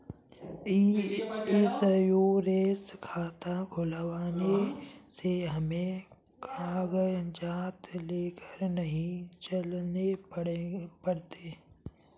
ई insurance खाता खुलवाने से हमें कागजात लेकर नहीं चलने पड़ते